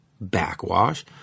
Backwash